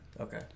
Okay